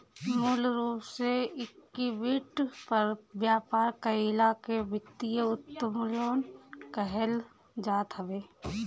मूल रूप से इक्विटी पर व्यापार कईला के वित्तीय उत्तोलन कहल जात हवे